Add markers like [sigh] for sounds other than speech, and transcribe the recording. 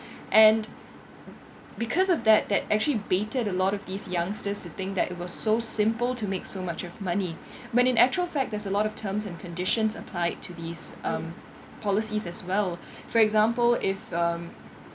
[breath] and because of that that actually baited a lot of these youngsters to think that it was so simple to make so much of money [breath] when in actual fact there's a lot of terms and conditions applied to these um policies as well [breath] for example if um